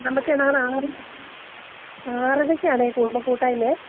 നമുക്കേ നാളെ ആറരയ്ക്കാണേ കുടുംബ കൂട്ടായ്മയേ